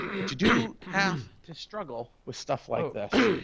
but you do have to struggle with stuff like this.